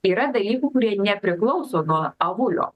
yra dalykų kurie nepriklauso nuo avulio